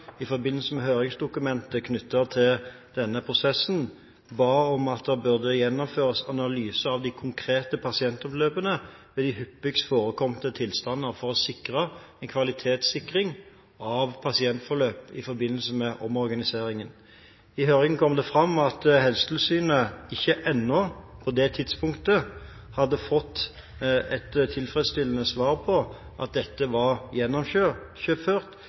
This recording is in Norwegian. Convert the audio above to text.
i forbindelse med høringsdokumentet knyttet til denne prosessen, ba om at det burde gjennomføres en analyse av de konkrete pasientforløpene og de hyppigst forekommende tilstander for å kvalitetssikre pasientforløp i forbindelse med omorganiseringen. I høringen kom det fram at Helsetilsynet på det tidspunktet ennå ikke hadde fått et tilfredsstillende svar på at dette var